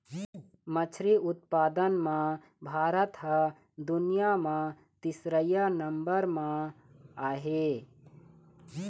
मछरी उत्पादन म भारत ह दुनिया म तीसरइया नंबर म आहे